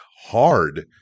hard